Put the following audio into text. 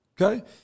Okay